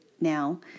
now